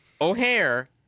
O'Hare